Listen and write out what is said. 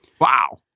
Wow